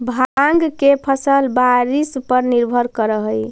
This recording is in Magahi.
भाँग के फसल बारिश पर निर्भर करऽ हइ